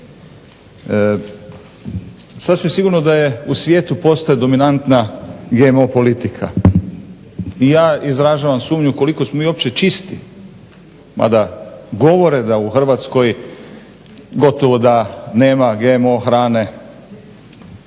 Sasvim sigurno da u svijetu postoji dominantan GMO politika i ja izražavam sumnju koliko smo mi uopće čisti, mada govore da u Hrvatskoj gotovo da nema GMO hrane.